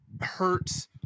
hurts